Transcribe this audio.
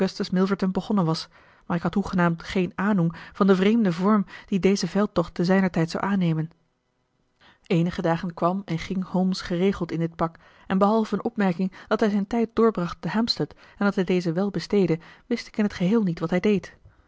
milverton begonnen was maar ik had hoegenaamd geen ahnung van den vreemden vorm dien deze veldtocht te zijner tijd zou aannemen eenige dagen kwam en ging holmes geregeld in dit pak en behalve een opmerking dat hij zijn tijd doorbracht te hampstead en dat hij dezen wel besteedde wist ik in t geheel niet wat hij deed